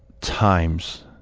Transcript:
times